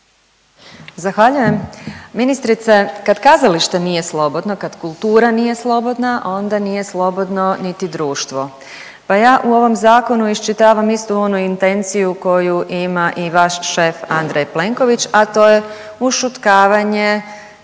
Zahvaljujem. Ministrice kad kazalište nije slobodno, kad kultura nije slobodna onda nije slobodno niti društvo, pa ja u ovom zakonu iščitavam istu onu intenciju koju ima i vaš šef Andrej Plenković, a to je ušutkavanje